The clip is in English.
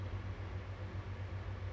uh